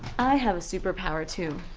i have a superpower too.